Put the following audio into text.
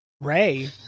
Ray